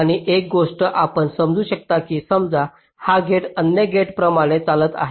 आणि आणखी एक गोष्ट आपण समजू शकता की समजा हा गेट अन्य गेट्सप्रमाणे चालत आहे